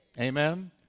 Amen